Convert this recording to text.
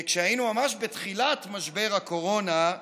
כשהיינו ממש בתחילת משבר הקורונה,